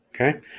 Okay